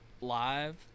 live